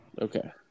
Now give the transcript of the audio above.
Okay